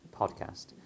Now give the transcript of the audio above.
podcast